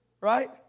right